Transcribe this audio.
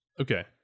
Okay